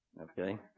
Okay